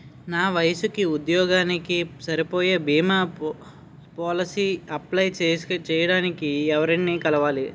నా వయసుకి, ఉద్యోగానికి సరిపోయే భీమా పోలసీ అప్లయ్ చేయటానికి ఎవరిని కలవాలి?